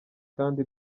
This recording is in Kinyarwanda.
kandi